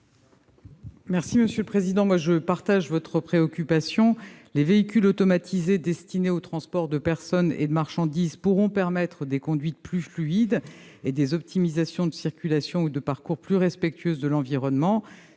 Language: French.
du Gouvernement ? Je partage votre préoccupation. Les véhicules automatisés destinés au transport de personnes et de marchandises pourront permettre des conduites plus fluides et des optimisations de circulation ou de parcours plus respectueuses de l'environnement.